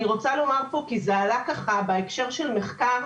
אני רוצה לומר פה כי זה עלה בהקשר של מחקר,